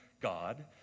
God